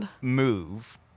move